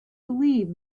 believe